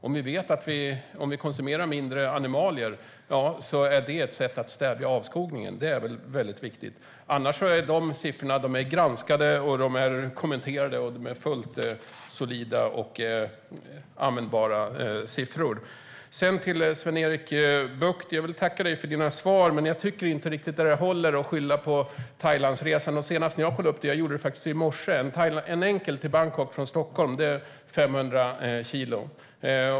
Att vi vet att mindre konsumtion av animalier är ett sätt att stävja avskogningen är väl väldigt viktigt? De här siffrorna är granskade, kommenterade och fullt solida och användbara. Jag vill tacka Sven-Erik Bucht för svaren, men jag tycker inte riktigt att det håller att skylla på Thailandsresan. Senast jag kollade, och det gjorde jag faktiskt i morse, innebar en enkel resa till Bangkok från Stockholm 500 kilo.